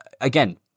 again